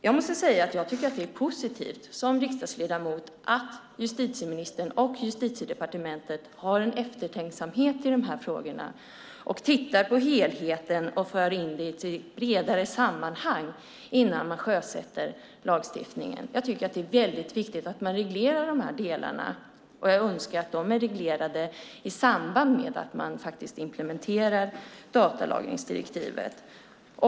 Jag tycker som riksdagsledamot att det är positivt att justitieministern och Justitiedepartementet har en eftertänksamhet i de här frågorna, tittar på helheten och för in det i ett bredare sammanhang innan man sjösätter lagstiftningen. Jag tycker att det väldigt viktigt att man reglerar de här delarna, och jag önskar att de regleras i samband med att man faktiskt implementerar datalagringsdirektivet.